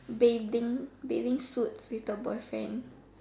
bathing bathing suits with the boyfriend